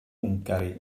hwngari